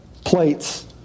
Plates